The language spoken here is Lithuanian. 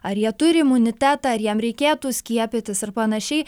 ar jie turi imunitetą ar jam reikėtų skiepytis ir panašiai